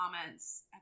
comments